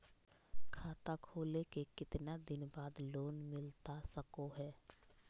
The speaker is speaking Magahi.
खाता खोले के कितना दिन बाद लोन मिलता सको है?